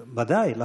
ודאי.